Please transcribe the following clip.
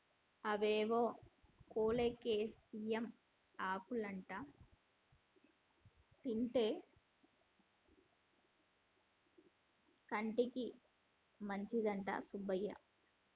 అవేవో కోలేకేసియం ఆకులంటా తింటే కంటికి మంచిదంట సుబ్బయ్య